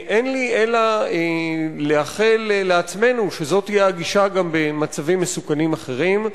אין לי אלא לאחל לעצמנו שזאת תהיה הגישה גם במצבים מסוכנים אחרים.